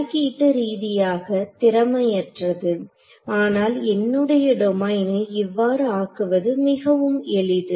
கணக்கீட்டு ரீதியாக திறமையற்றது ஆனால் என்னுடைய டொமைனை இவ்வாறு ஆக்குவது மிகவும் எளிது